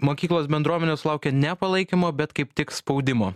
mokyklos bendruomenės sulaukė ne palaikymo bet kaip tik spaudimo